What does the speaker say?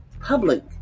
public